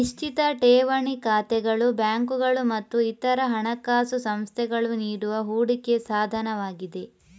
ನಿಶ್ಚಿತ ಠೇವಣಿ ಖಾತೆಗಳು ಬ್ಯಾಂಕುಗಳು ಮತ್ತು ಇತರ ಹಣಕಾಸು ಸಂಸ್ಥೆಗಳು ನೀಡುವ ಹೂಡಿಕೆ ಸಾಧನವಾಗಿದೆ